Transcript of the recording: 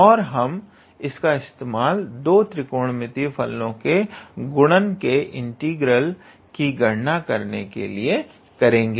और हम इसका इस्तेमाल दो त्रिकोणमितीय फलनों के गुणन के इंटीग्रल की गणना के लिए करेंगे